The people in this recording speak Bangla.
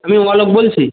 আমি অলোক বলছি